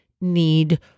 need